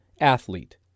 athlete